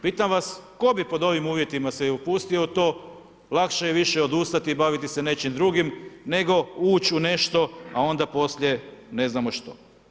Pitam vas tko bi pod ovim uvjetima se upustio u to, lakše je više odustati i baviti se nečim drugim, nego ući u nešto, a onda poslije ne znamo što.